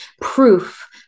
proof